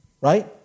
Right